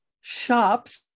shops